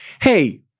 Hey